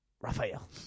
Raphael